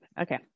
Okay